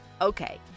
Okay